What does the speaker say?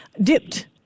dipped